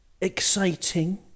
exciting